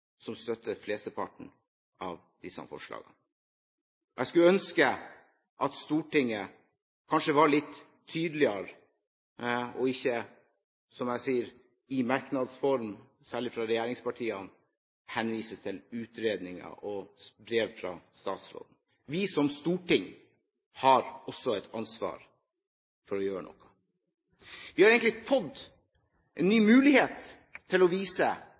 som støtter flesteparten av disse forslagene. Jeg skulle ønsket at Stortinget kanskje var litt tydeligere og ikke, som jeg sier, i merknads form – særlig fra regjeringspartiene – henviser til utredninger og brev fra statsråden. Vi som storting har også et ansvar for å gjøre noe. Vi har egentlig fått en ny mulighet til å vise